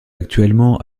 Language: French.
actuellement